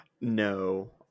no